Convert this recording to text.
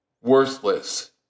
Worthless